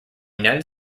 united